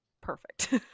perfect